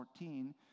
14